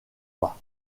mois